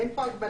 אין פה הגבלה.